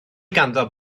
ganddo